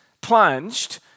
plunged